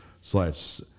slash